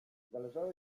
zależało